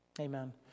Amen